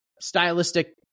stylistic